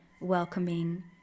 welcoming